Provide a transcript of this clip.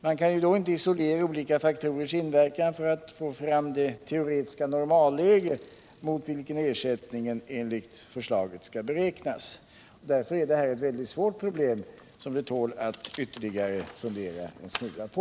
Man kan då inte isolera olika faktorers inverkan för att få fram det teoretiska normalläge mot vilket ersättningen enligt förslaget skall beräknas. Därför är detta ett mycket svårt problem, som det tål att ytterligare fundera en smula på.